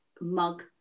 mug